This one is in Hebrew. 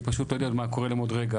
כי פשוט לא ידעו מה קורה להם עוד רגע.